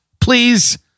please